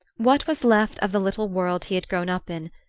what was left of the little world he had grown up in,